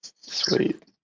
Sweet